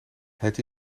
het